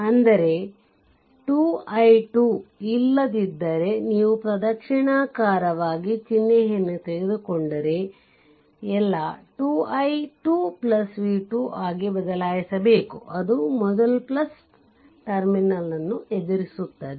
ಅಂದರೆ 2 i2 ಇಲ್ಲದಿದ್ದರೆ ನೀವು ಪ್ರದಕ್ಷಿಣಾಕಾರವಾಗಿ ಚಿಹ್ನೆಯನ್ನು ತೆಗೆದುಕೊಂಡರೆ ಎಲ್ಲಾ 2 i2 v2 ಆಗಿ ಬದಲಾಯಿಸಬೇಕು ಅದು ಮೊದಲು ಟರ್ಮಿನಲ್ ಅನ್ನು ಎದುರಿಸುತ್ತದೆ